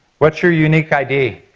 what's your unique id?